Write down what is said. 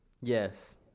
yes